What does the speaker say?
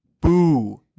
boo